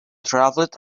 traveled